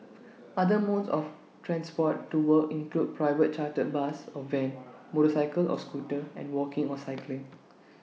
other modes of transport to work include private chartered bus or van motorcycle or scooter and walking or cycling